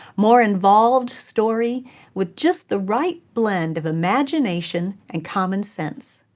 more involved story with just the right blend of imagination and common sense.